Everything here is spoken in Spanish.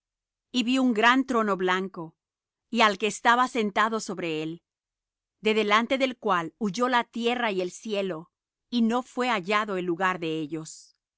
y vi un gran trono blanco y al que estaba sentado sobre él de delante del cual huyó la tierra y el cielo y no fué hallado el lugar de ellos